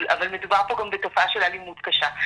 אבל מדובר פה גם בתופעה של אלימות קשה.